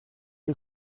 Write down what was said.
les